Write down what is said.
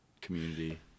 community